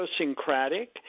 idiosyncratic